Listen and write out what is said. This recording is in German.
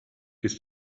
ist